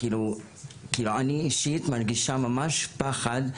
אני אישית מרגישה ממש פחד,